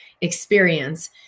experience